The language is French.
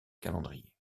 calendrier